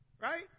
Right